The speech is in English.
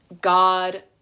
God